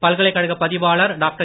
பல்கலைக்கழக பதிவாளர் டாக்டர்